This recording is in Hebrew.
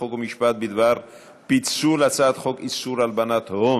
חוק ומשפט בדבר פיצול הצעת חוק איסור הלבנת הון,